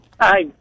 Hi